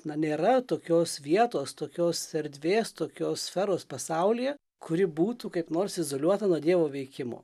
na nėra tokios vietos tokios erdvės tokios sferos pasaulyje kuri būtų kaip nors izoliuota nuo dievo veikimo